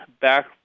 back